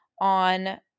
on